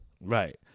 Right